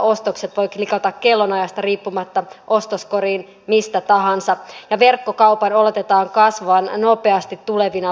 ostokset voi klikata kellonajasta riippumatta ostoskoriin mistä tahansa ja verkkokaupan odotetaan kasvavan nopeasti tulevina vuosina